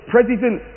President